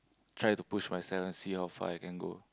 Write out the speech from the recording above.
try to push myself see how far I can go